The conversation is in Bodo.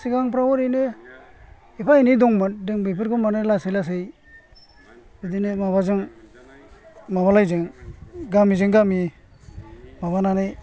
सिगांफ्राव एरैनो एफा एनै दंमोन जों बेफोरखौ माने लासै लासै बिदिनो माबाजों माबालायजों गामिजों गामि माबानानै